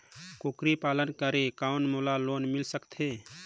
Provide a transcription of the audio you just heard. कूकरी पालन करे कौन मोला लोन मिल सकथे?